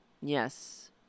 Yes